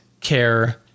care